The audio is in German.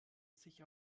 sich